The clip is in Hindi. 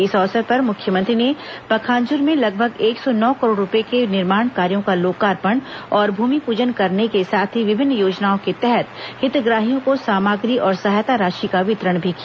इस अवसर पर मुख्यमंत्री ने पखांजूर में लगभग एक सौ नौ करोड़ रूपए के निर्माण कार्यो का लोकार्पण और भूमिपूजन करने के साथ ही विभिन्न योजनाओं के तहत हितग्राहियों को सामग्री और सहायता राशि का वितरण भी किया